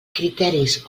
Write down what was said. criteris